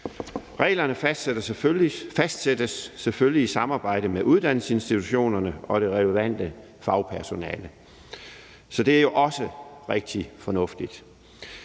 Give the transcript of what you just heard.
Reglerne fastsættes selvfølgelig i samarbejde med uddannelsesinstitutionerne og det relevante fagpersonale. Så det er også rigtig fornuftigt.